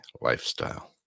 lifestyle